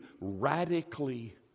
radically